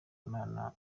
imana